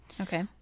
Okay